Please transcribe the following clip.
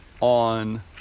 on